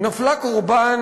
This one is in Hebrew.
נפלה קורבן